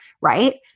right